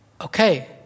okay